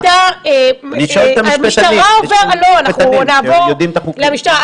אנחנו נעבור למשטרה.